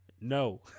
no